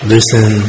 Listen